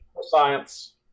science